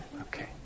Okay